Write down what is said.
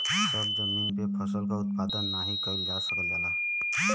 सभ जमीन पे फसल क उत्पादन नाही कइल जा सकल जाला